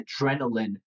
adrenaline